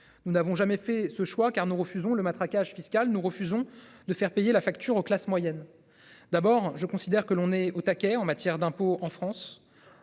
Nous n'avons jamais fait ce choix car nous refusons le matraquage fiscal, nous refusons de faire payer la facture aux classes moyennes. D'abord je considère que l'on est au taquet, en matière d'impôts en France.